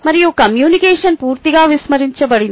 మరియు కమ్యూనికేషన్ పూర్తిగా విస్మరించబడింది